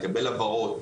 לקבל הבהרות,